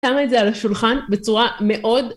‫שם את זה על השולחן בצורה מאוד...